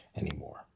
anymore